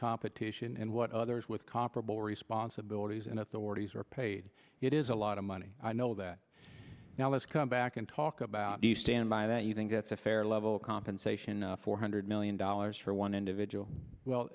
competition and what others with comparable responsibilities and authorities are paid it is a lot of money i know that now let's come back and talk about the standby that you think that's a fair level of compensation four hundred million dollars for one individual well